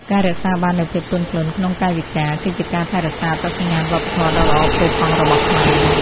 ការរក្សាបាននូវភាពទន់ភ្លន់ក្នុងកាយវិការ គឺជាការថែរក្សាអត្តសញ្ញាណវប្បធម៌ដ៏ល្អផូរផង់របស់ខ្មែរ។